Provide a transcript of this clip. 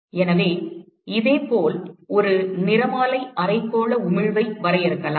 எனவே இதேபோல் ஒரு நிறமாலை அரைக்கோள உமிழ்வை வரையறுக்கலாம்